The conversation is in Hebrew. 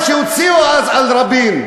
מה שהוציאו אז על רבין.